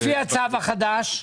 ולפי הצו החדש?